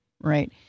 Right